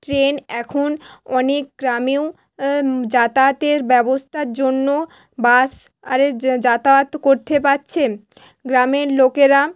train এখন অনেক গ্রামেও যাতায়াতের ব্যবস্থার জন্য বাস আরে যাতায়াত করতে পারছে গ্রামের লোকেরা